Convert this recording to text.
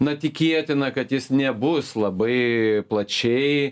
na tikėtina kad jis nebus labai plačiai